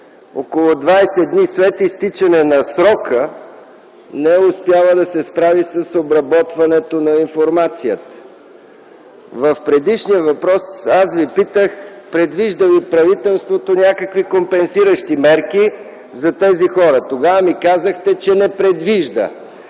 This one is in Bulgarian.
около 20 дни след изтичане на срока, не е успяла да се справи с обработването на информацията. В предишния въпрос аз Ви питах: предвижда ли правителството някакви компенсиращи мерки за тези хора? Тогава ми казахте, че не предвижда.